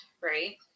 Right